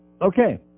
Okay